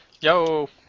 Yo